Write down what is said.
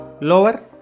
lower